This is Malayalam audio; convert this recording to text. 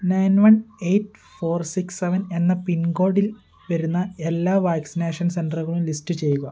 nine one eight four six seven എന്ന പിൻകോഡിൽ വരുന്ന എല്ലാ വാക്സിനേഷൻ സെൻ്ററുകളും ലിസ്റ്റ് ചെയ്യുക